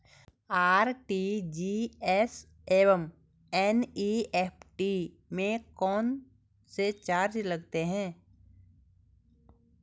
RTGS एवं NEFT में कौन कौनसे चार्ज लगते हैं?